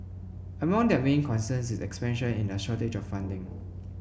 among their main concerns in expansion is a shortage of funding